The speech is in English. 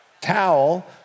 towel